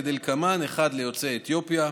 כדלקמן: 1. ליוצאי אתיופיה,